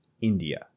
India